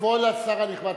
כבוד השר הנכבד,